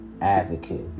advocate